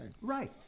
Right